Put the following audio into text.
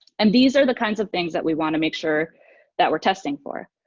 and these are the kinds of things that we want to make sure that we are testing for.